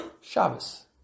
Shabbos